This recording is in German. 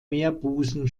meerbusen